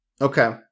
Okay